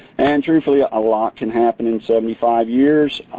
and truthfully a ah lot can happen in seventy five years.